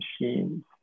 machines